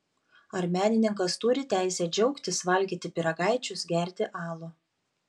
ar menininkas turi teisę džiaugtis valgyti pyragaičius gerti alų